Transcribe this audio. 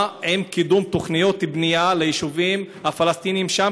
מה עם קידום תוכניות בנייה ליישובים הפלסטיניים שם,